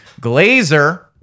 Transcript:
Glazer